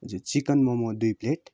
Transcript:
chicken मम दुई plate